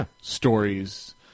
stories